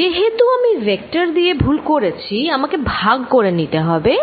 যেহেতু আমি ভেক্টর দিয়ে ভুল করেছি আমাকে বাই করতে হবে